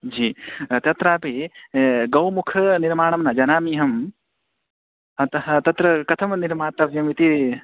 जी तत्रापि गोमुख निर्माणं न जानामि अहम् अतः तत्र कथं निर्मातव्यमिति